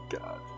god